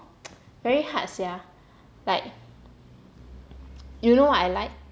very hard sia you know what like